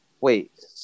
Wait